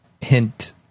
hint